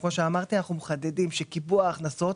במילים, בלי נוסח.